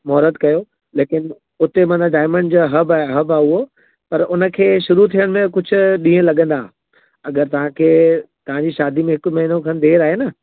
महूरत कयो लेकिन उते माना डायमंड जा हब आहे हब आहे उहो पर उनखे शुरू थियण में कुझु ॾींहं लॻंदा अगरि तव्हांखे तव्हांजी शादी में हिकु महिनो खनु देरि आहे न